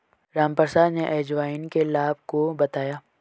रामप्रसाद ने अजवाइन के लाभ को बताया